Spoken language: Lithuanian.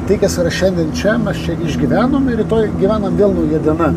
tai kas yra šiandien čia mes čia išgyvenom ir rytoj gyvenam vėl nauja diena